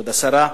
כבוד השרה,